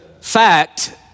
fact